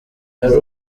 yari